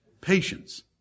patience